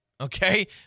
Okay